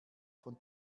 von